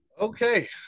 Okay